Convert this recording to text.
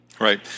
Right